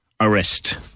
arrest